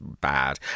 bad